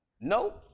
Nope